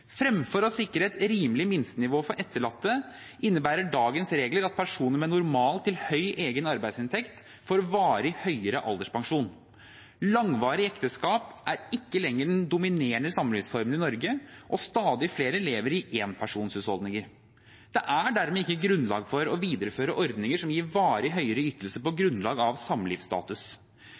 Fremfor å sikre et rimelig minstenivå for etterlatte innebærer dagens regler at personer med normal til høy egen arbeidsinntekt får varig høyere alderspensjon. Langvarige ekteskap er ikke lenger den dominerende samlivsformen i Norge, og stadig flere lever i enpersonshusholdninger. Det er dermed ikke grunnlag for å videreføre ordninger som gir varig høyere ytelse på grunnlag av samlivsstatus.